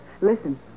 Listen